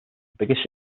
biggest